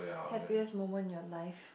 happiest moment in your life